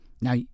Now